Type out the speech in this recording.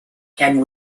and